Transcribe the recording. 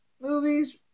movies